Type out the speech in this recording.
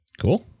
cool